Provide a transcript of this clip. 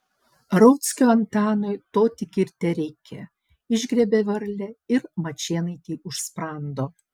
rauckio antanui to tik ir tereikia išgriebia varlę ir mačėnaitei už sprando